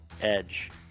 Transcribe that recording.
edge